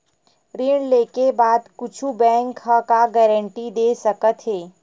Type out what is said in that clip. ऋण लेके बाद कुछु बैंक ह का गारेंटी दे सकत हे?